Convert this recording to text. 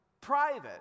private